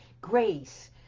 grace